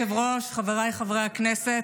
אדוני היושב-ראש, חבריי חברי הכנסת,